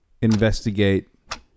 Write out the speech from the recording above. investigate